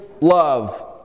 love